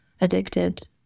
addicted